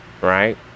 Right